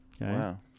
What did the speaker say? Wow